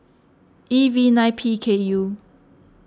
E V nine P K U